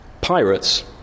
pirates